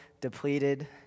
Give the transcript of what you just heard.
depleted